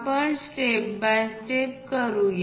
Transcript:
आपण step by step करूया